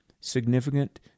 significant